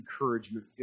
encouragement